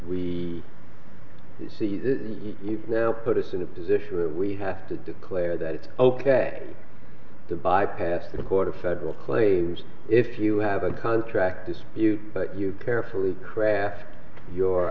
that now put us in a position where we have to declare that it's ok to bypass the court of federal claims if you have a contract dispute but you carefully craft your